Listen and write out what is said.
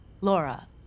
Laura